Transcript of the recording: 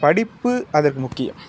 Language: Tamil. படிப்பு அதற்கு முக்கியம்